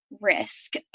risk